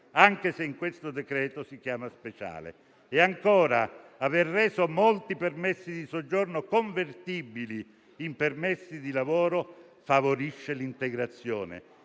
anche se in questo decreto si chiama speciale. E, ancora, aver reso molti permessi di soggiorno convertibili in permessi di lavoro favorisce l'integrazione,